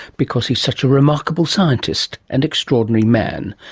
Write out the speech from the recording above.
because he's such a remarkable scientist and extraordinary man.